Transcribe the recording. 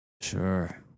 Sure